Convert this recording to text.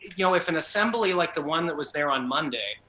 you know if an assembly like the one that was there on monday,